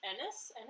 Ennis